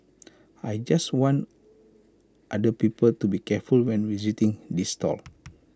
I just want other people to be careful when visiting this stall